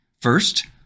First